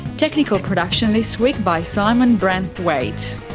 technical production this week by simon branthwaite,